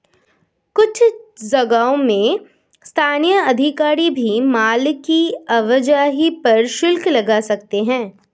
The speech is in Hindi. कुछ जगहों पर स्थानीय अधिकारी भी माल की आवाजाही पर शुल्क लगा सकते हैं